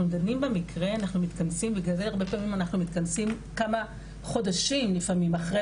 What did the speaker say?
אנחנו מתכנסים כמה חודשים לפעמים אחרי